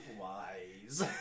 wise